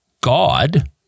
God